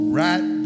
right